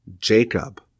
Jacob